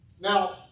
Now